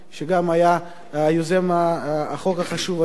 שגם היה יוזם החוק החשוב הזה,